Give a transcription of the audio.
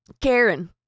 Karen